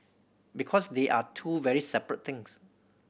because they are two very separate things